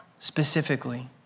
specifically